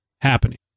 happening